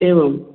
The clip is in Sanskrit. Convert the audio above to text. एवम्